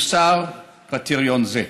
הוסר קריטריון זה.